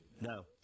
No